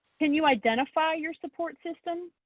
can you identify your support system?